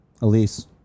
Elise